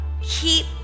keep